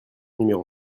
numéro